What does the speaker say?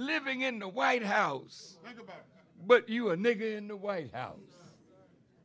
living in the white house but you a nigga know white house